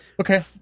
Okay